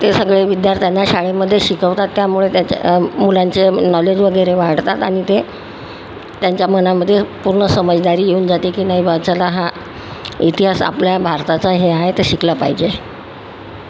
ते सगळे विद्यार्थ्यांना शाळेमध्ये शिकवतात त्यामुळे त्या मुलांचे नॉलेज वगैरे वाढतात आणि ते त्यांच्या मनामध्ये पूर्ण समजदारी येऊन जाते की नाही बुवा चला हा इतिहास आपल्या भारताचा हे आहे तर शिकला पाहिजे